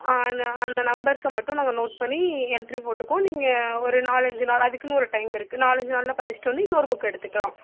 ஆ அந்த அந்த நம்பர்ஸை மட்டும் நாங்கள் நோட் பண்ணி எண்ட்ரி போட்டுக்குவோம் நீங்கள் ஒரு நாலஞ்சு நாள் அதுக்குன்னு ஒரு டைம் இருக்குது நாலஞ்சு நாளில் படிச்சுட்டு வந்து இன்னொரு புக் எடுத்துக்கலாம்